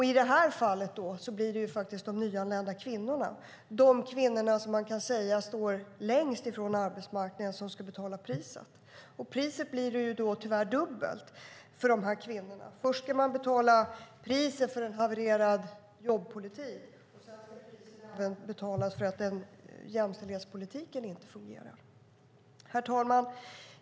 I det här fallet blir det de nyanlända kvinnorna - de kvinnor som man kan säga står längst ifrån arbetsmarknaden - som ska betala priset. Priset blir tyvärr dubbelt för dem. Först ske de betala priset för en havererad jobbpolitik, och sedan ska priset även betalas för att jämställdhetspolitiken inte fungerar. Herr talman!